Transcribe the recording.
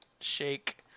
shake